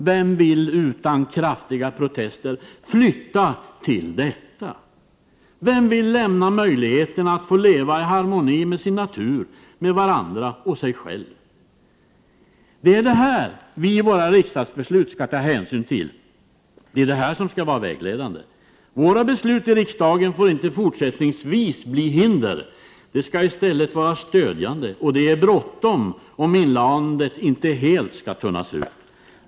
Vem vill utan kraftiga protester flytta till detta? Vem vill lämna möjligheterna att få leva i harmoni med sin natur, med andra människor och med sig själv? Det är allt detta som vi i våra riksdagsbeslut skall ta hänsyn till — det är detta som skall vara vägledande. Våra beslut i riksdagen får inte fortsättningsvis bli hinder, utan de skall vara stödjande — och det är bråttom om inlandet inte helt skall tömmas på folk.